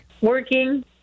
Working